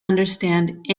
understand